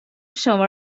شما